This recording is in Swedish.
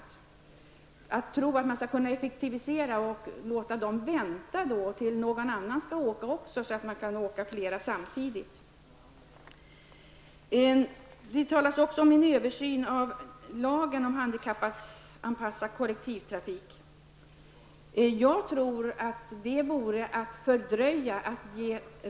Det handlar alltså om att man tror att det går effektivisera genom att låta de handikappade vänta tills någon annan skall åka samma väg. Flera skall alltså åka samtidigt. Vidare talas det om behovet av en översyn av lagen om handikappanpassad kollektivtrafik. Men jag tror att det vore att fördröja det hela.